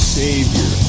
savior